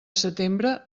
setembre